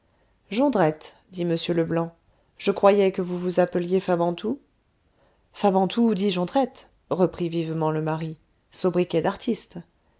jondrette jondrette dit m leblanc je croyais que vous vous appeliez fabantou fabantou dit jondrette reprit vivement le mari sobriquet d'artiste